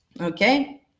Okay